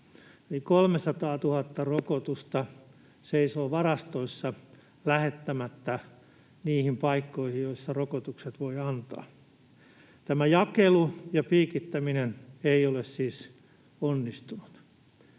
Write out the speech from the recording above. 300 000 rokotusta seisoo varastoissa lähettämättä niihin paikkoihin, joissa rokotukset voi antaa. Tämä jakelu ja piikittäminen ei ole siis onnistunut.